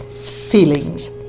feelings